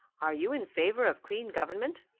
are you in favour of clean government?